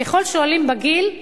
ככל שעולים בגיל,